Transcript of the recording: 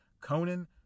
conan